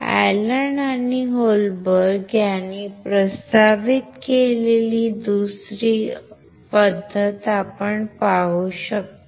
Alan आणि Holberg यांनी प्रस्तावित केलेली दुसरी पद्धत आपण पाहू शकतो